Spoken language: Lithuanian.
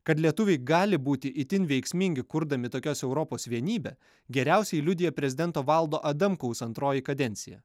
kad lietuviai gali būti itin veiksmingi kurdami tokias europos vienybę geriausiai liudija prezidento valdo adamkaus antroji kadencija